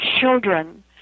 children